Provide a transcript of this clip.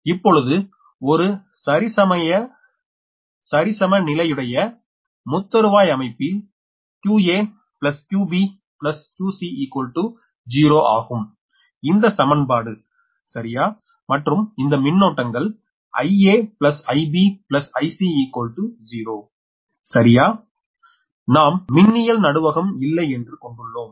இப்பொழுது ஒரு சரிசமநிலையுடைய முத்தறுவாய் அமைப்பில் 𝑞𝑎𝑞𝑏𝑞𝑐0 ஆகும் இந்த சமன்பாடு சரியா மற்றும் இந்த மின்னோட்டங்கள் 𝐼𝑎𝐼𝑏𝐼𝑐0 சரியா நாம் மின்னியல் நடுவகம் இல்லை என்று கொண்டுள்ளோம்